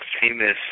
famous